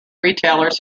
retailers